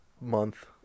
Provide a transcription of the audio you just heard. month